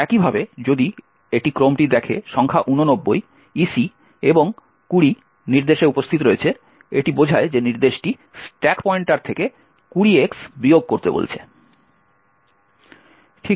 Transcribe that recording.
একইভাবে যদি এটি ক্রমটি দেখে সংখ্যা 89 EC এবং 20 নির্দেশে উপস্থিত রয়েছে এটি বোঝায় যে নির্দেশটি স্ট্যাক পয়েন্টার থেকে 20X বিয়োগ করতে বলছে